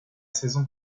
saison